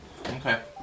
Okay